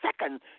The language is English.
second